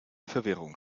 verwirrung